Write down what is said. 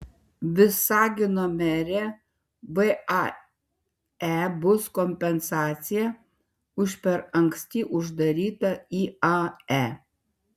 visagino merė vae bus kompensacija už per anksti uždarytą iae